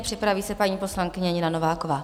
Připraví se paní poslankyně Nina Nováková.